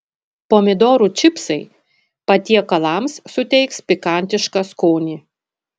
pomidorų čipsai patiekalams suteiks pikantišką skonį